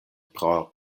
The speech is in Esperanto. pro